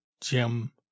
Jim